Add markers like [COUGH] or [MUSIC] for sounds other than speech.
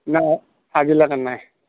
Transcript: নাই [UNINTELLIGIBLE] নাই